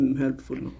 helpful